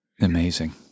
Amazing